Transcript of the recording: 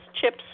chips